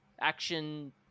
Action